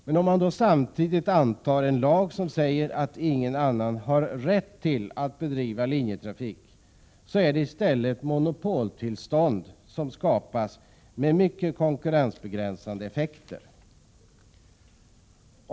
Men om man samtidigt antar en lag som säger att ingen annan har rätt att bedriva linjetrafik, är det i stället monopoltillstånd som skapas med mycket konkurrensbegränsande effekter.